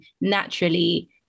naturally